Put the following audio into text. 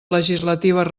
legislatives